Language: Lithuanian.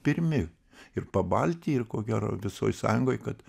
pirmi ir pabalty ir ko gero visoj sąjungoj kad